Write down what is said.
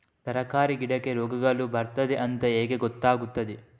ತರಕಾರಿ ಗಿಡಕ್ಕೆ ರೋಗಗಳು ಬರ್ತದೆ ಅಂತ ಹೇಗೆ ಗೊತ್ತಾಗುತ್ತದೆ?